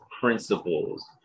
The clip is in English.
principles